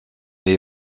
les